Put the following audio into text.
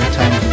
time